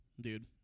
dude